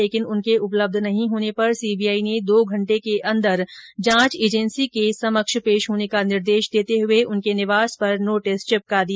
लेकिन उनके उपलब्ध नहीं होने पर सीबीआई ने दो घंटे को अंदर जांच एजेंसी के समक्ष पेश होने का निर्देश देते हुए उनके निवास पर नोटिस चिपका दिया